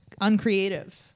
uncreative